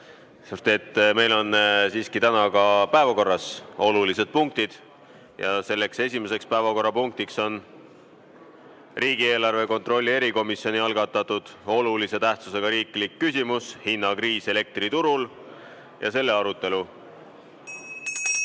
meil on siiski täna päevakorras olulised punktid ja esimeseks päevakorrapunktiks on riigieelarve kontrolli erikomisjoni algatatud olulise tähtsusega riikliku küsimuse "Hinnakriis elektriturul" arutelu.